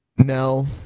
No